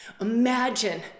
Imagine